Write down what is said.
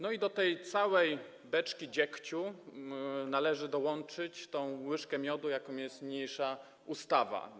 No i do tej całej beczki dziegciu należy dołączyć tę łyżkę miodu, jaką jest niniejsza ustawa.